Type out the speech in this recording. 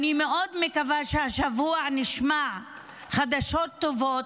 אני מאוד מקווה שהשבוע נשמע חדשות טובות,